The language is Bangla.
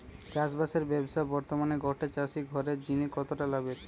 চাষবাসের ব্যাবসা বর্তমানে গটে চাষি ঘরের জিনে কতটা লাভের?